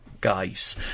guys